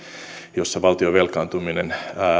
jossa valtion velkaantuminen